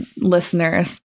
listeners